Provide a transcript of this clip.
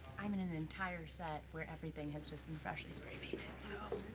i'm in an entire set where everything has just been freshly spray-painted. so.